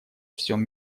всем